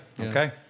Okay